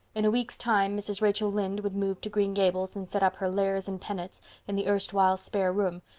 in a week's time mrs. rachel lynde would move to green gables and set up her lares and penates in the erstwhile spare room,